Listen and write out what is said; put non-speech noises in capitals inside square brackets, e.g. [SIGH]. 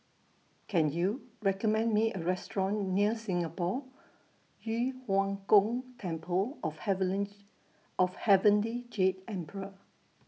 Can YOU recommend Me A Restaurant near Singapore Yu Huang Gong Temple of Heavenly [UNINTELLIGIBLE] of Heavenly Jade Emperor